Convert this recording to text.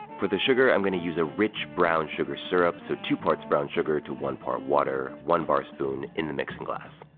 for the sugar, i'm gonna use a rich brown sugar syrup, so two parts brown sugar to one part water, one bar spoon in the mixing glass.